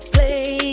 Play